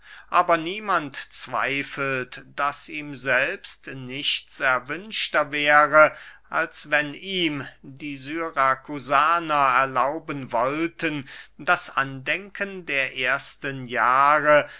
aber niemand zweifelt daß ihm selbst nichts erwünschter wäre als wenn ihm die syrakusaner erlauben wollten das andenken der ersten jahre